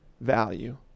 value